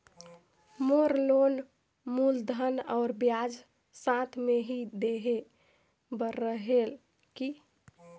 मोर loan मूलधन और ब्याज साथ मे ही देहे बार रेहेल की?